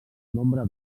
nombre